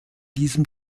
diesem